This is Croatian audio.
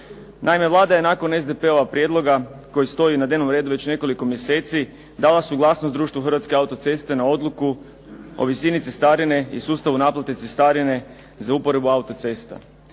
Naime, Vlada je nakon SDP-ovog prijedloga koji stoji na dnevnom redu već nekoliko mjesece, dala suglasnost društvu Hrvatske autoceste na odluku o visini cestarine i sustavu naplate cestarine za uporabu autocesta.